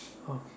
okay